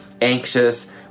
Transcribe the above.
anxious